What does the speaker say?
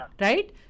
right